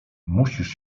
musisz